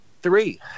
three